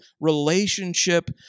relationship